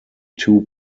two